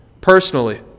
personally